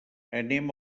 anem